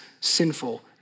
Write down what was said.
sinful